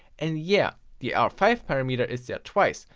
and yeah, the r five parameter is there twice,